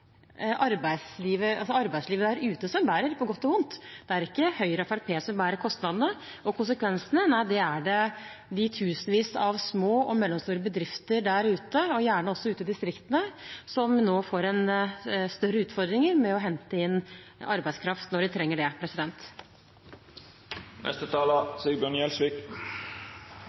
arbeidslivet der ute som bærer, på godt og vondt. Det er ikke Høyre og Fremskrittspartiet som bærer kostnadene og konsekvensene. Nei, det gjør de tusenvis av små og mellomstore bedrifter der ute, gjerne også ute i distriktene, som nå får større utfordringer med å hente inn arbeidskraft når de trenger det.